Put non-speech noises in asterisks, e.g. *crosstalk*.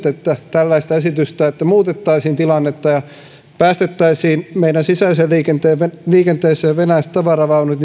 *unintelligible* että tällaista esitystä että muutettaisiin tilannetta ja päästettäisiin meidän sisäiseen liikenteeseen liikenteeseen venäläiset tavaravaunut *unintelligible*